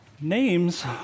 Names